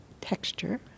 texture